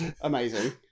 Amazing